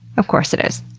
of course, it is.